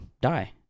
die